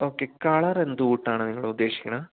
okay കളറെന്ത് കൂട്ടാണ് നിങ്ങളുദ്ദേശിക്കുന്നത്